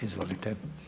Izvolite.